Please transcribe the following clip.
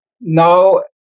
No